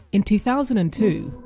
in two thousand and two,